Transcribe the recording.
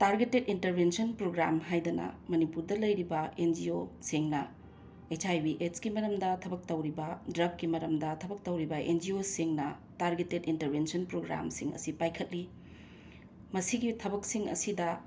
targeted intervention program ꯍꯥꯏꯗꯅ ꯃꯅꯤꯄꯨꯔꯗ ꯂꯩꯔꯤꯕ ꯑꯦꯟ ꯖꯤ ꯑꯣꯁꯤꯡꯅ ꯑꯩꯠꯆ ꯑꯥꯏ ꯕꯤ ꯑꯦꯠꯁꯀꯤ ꯃꯔꯝꯗ ꯊꯕꯛ ꯇꯧꯔꯤꯕ ꯗ꯭ꯔꯛꯀꯤ ꯃꯔꯝꯗ ꯊꯕꯛ ꯇꯧꯔꯤꯕ ꯑꯦꯟ ꯖꯤ ꯑꯣꯁꯤꯡꯅ ꯇꯥꯔꯒꯦꯇꯦꯠ ꯏꯟꯇꯔꯕꯤꯟꯁꯟ ꯄ꯭ꯔꯣꯒ꯭ꯔꯥꯝꯁꯤꯡ ꯑꯁꯤ ꯄꯥꯏꯈꯠꯂꯤ ꯃꯁꯤꯒꯤ ꯊꯕꯛꯁꯤꯡ ꯑꯁꯤꯗ